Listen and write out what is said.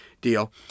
deal